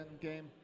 game